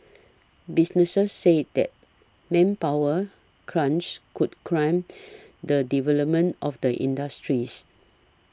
businesses said the manpower crunch could crimp the development of the industries